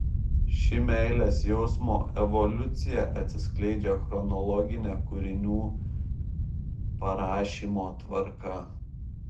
ši meilės jausmo evoliucija atsiskleidžia chronologine kūrinių parašymo tvarka